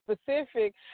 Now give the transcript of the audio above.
specific